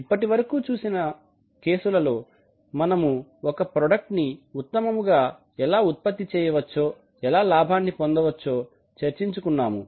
ఇప్పటి వరకు చూసిన కేసులలో మనము ఒక ప్రాడక్ట్ ని ఉత్తమముగా ఎలా ఉత్పత్తి చేయవచ్చో ఎలా లాభాన్ని పొందవచ్చో చర్చించుకున్నాము